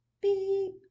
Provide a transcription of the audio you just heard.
beep